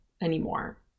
anymore